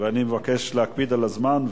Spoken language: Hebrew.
אני מבקש להקפיד על הזמן,